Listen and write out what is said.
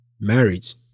marriage